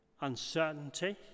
uncertainty